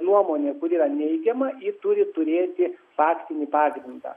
nuomonė kuri yra neigiama ji turi turėti faktinį pagrindą